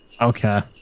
Okay